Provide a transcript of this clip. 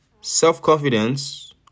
Self-confidence